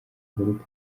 uhuru